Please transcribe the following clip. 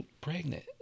pregnant